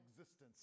existence